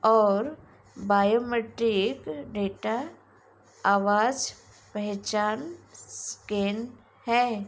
और biometric data आवाज़ पहचान स्कैन है